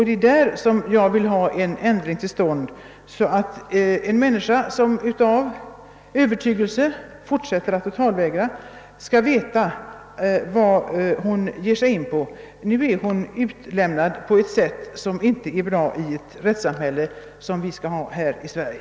Det är härvidlag jag vill ha en ändring till stånd, så att en människa som av övertygelse fortsätter att totalvägra skall veta vad hon ger sig in på. Försvarsministern har möjlighet att påverka antalet inkallelser. Nu är hon utlämnad på ett sätt som inte är bra i ett rättssamhälle sådant som vi skall ha här i Sverige.